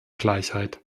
gleichheit